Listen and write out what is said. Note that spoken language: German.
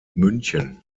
münchen